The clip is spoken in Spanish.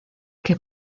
que